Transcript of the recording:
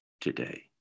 today